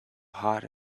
hot